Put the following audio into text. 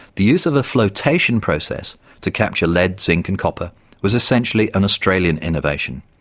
the use of a flotation process to capture lead, zinc and copper was essentially an australian innovation,